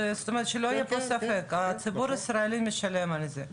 שלא יהיה פה ספק, הציבור הישראלי משלם על זה.